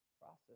process